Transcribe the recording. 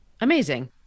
amazing